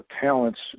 talents